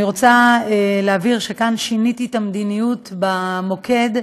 אני רוצה להבהיר שכאן שיניתי את המדיניות במוקד,